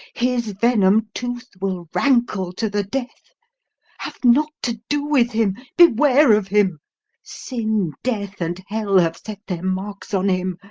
his venom tooth will rankle to the death have not to do with him, beware of him sin, death, and hell have set their marks on him,